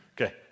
Okay